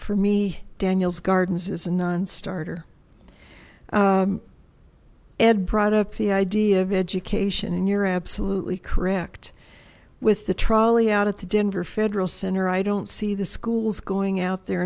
for me daniels gardens is a nonstarter ed brought up the idea of education and you're absolutely correct with the trolley out of the denver federal center i don't see the schools going out there